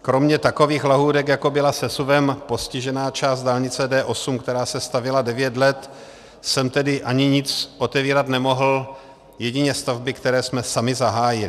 Kromě takových lahůdek, jako byla sesuvem postižená část dálnice D8, která se stavěla devět let, jsem tedy ani nic otevírat nemohl, jedině stavby, které jsme sami zahájili.